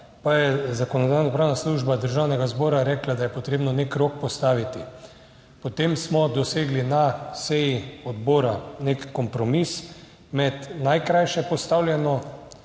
pa je Zakonodajno-pravna služba Državnega zbora rekla, da je potrebno nek rok postaviti. Potem smo dosegli na seji odbora nek kompromis med najkrajše postavljeno